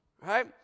right